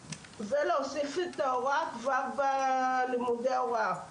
ולהוסיף את ההוראה כבר בלימודי ההוראה למורים.